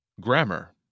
Grammar